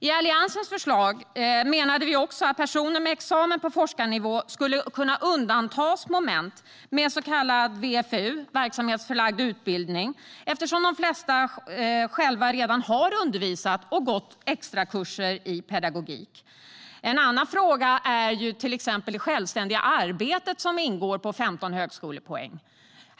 I Alliansens ursprungliga förslag menade vi också att personer med examen på forskarnivå skulle kunna undantas moment med så kallad VFU, verksamhetsförlagd utbildning, eftersom de flesta själva redan har undervisat och gått extrakurser i pedagogik. En annan fråga är till exempel det självständiga arbete som ingår på 15 högskolepoäng.